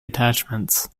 attachments